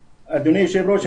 אדוני היושב ראש,